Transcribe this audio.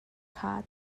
kha